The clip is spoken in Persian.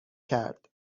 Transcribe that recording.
کرد